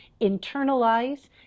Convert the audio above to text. internalize